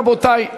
רבותי,